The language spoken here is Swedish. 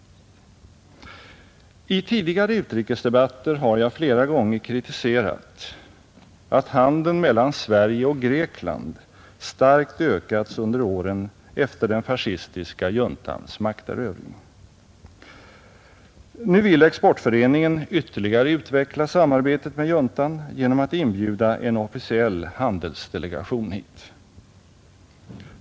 I tidigare utrikesdebatter har jag flera gånger kritiserat att handeln mellan Sverige och Grekland starkt ökats under åren efter den fascistiska juntans makterövring. Nu vill Exportföreningen ytterligare utveckla samarbetet med juntan genom att inbjuda en officiell handelsdelegation hit.